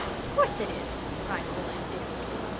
of course it is, cried rilla indignantly.